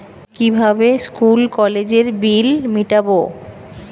কিভাবে স্কুল কলেজের বিল মিটাব?